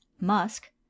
musk